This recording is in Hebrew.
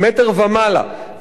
זהultra-deep water .